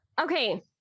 okay